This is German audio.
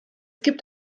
gibt